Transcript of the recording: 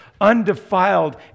undefiled